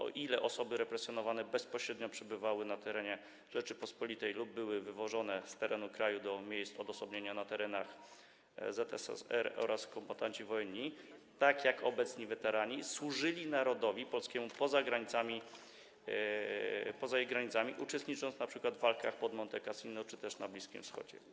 I o ile osoby represjonowane bezpośrednio przebywały na terenie Rzeczypospolitej lub były wywożone z terenu kraju do miejsc odosobnienia na terenach ZSRR, o tyle kombatanci wojenni - tak jak obecni weterani - służyli narodowi polskiemu poza granicami, uczestnicząc np. w walkach pod Monte Cassino czy też na Bliskim Wschodzie.